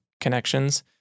connections